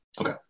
Okay